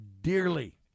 dearly